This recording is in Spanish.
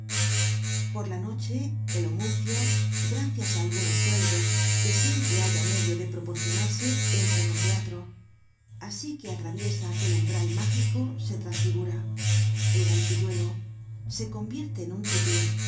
por la noche el homuncio gracias á algunos sueldos que siempre halla medio de proporcionarse entra en un teatro asi que atraviesa aquel umbral mágico se trasfigura era el pilludo se convierte en un tití